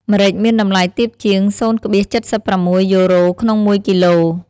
ម្រេចមានតម្លៃទាបជាង ០,៧៦ យូរ៉ូ ក្នុងមួយគីឡូ។